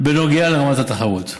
בנוגע לרמת התחרות.